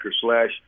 slash